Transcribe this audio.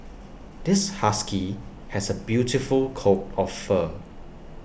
this husky has A beautiful coat of fur